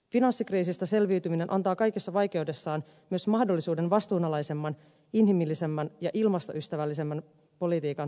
finanssikriisistä selviytyminen antaa kaikessa vaikeudessaan myös mahdollisuuden vastuunalaisemman inhimillisemmän ja ilmastoystävällisemmän politiikan toteuttamiseen